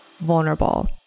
vulnerable